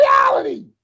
reality